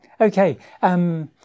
Okay